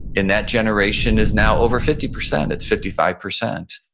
and that generation is now over fifty percent. it's fifty five percent.